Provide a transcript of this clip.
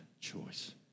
choice